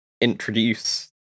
introduce